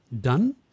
done